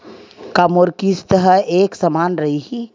का मोर किस्त ह एक समान रही?